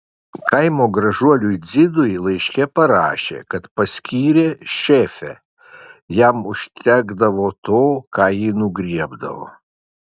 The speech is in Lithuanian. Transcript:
kaimo gražuoliui dzidui laiške parašė kad paskyrė šefe jam užtekdavo to ką ji nugriebdavo